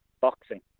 boxing